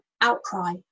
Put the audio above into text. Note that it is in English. outcry